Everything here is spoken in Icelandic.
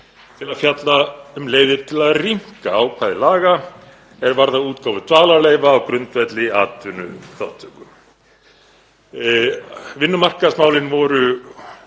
til að fjalla um leiðir til að rýmka ákvæði laga er varða útgáfu dvalarleyfa á grundvelli atvinnuþátttöku. Vinnumarkaðsmálin voru